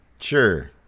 sure